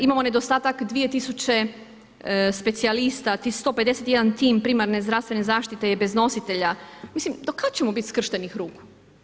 Imamo nedostatak 2000 specijalista, 151 tim primarne zdravstvene zaštite je bez nositelja, mislim do kad ćemo biti skrštenih ruku?